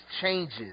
Changes